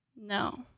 No